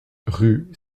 rue